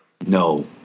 No